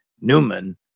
Newman